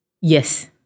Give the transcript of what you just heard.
Yes